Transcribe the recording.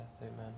Amen